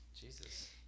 Jesus